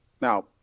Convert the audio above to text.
now